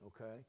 okay